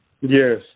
Yes